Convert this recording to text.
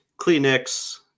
Kleenex